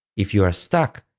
if you are stuck,